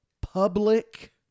public